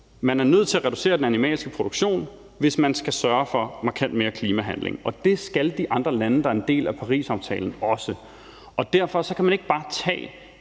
Man er nødt til at reducere den animalske produktion, hvis man skal sørge for markant mere klimahandling, og det skal de andre lande, der er en del af Parisaftalen, også. Og derfor kan man ikke bare tage